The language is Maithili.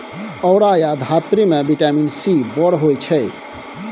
औरा या धातृ मे बिटामिन सी बड़ होइ छै